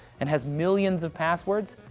and has millions of passwords,